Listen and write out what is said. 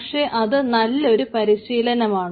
പക്ഷേ അത് നല്ലൊരു പരിശീലനമാണ്